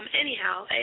anyhow